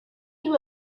you